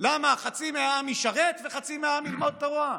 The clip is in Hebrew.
למה חצי מהעם ישרת וחצי מהעם ילמד תורה?